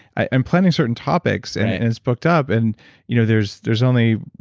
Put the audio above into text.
i'm planning certain topics, and and it's booked up. and you know there's there's only.